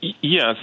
Yes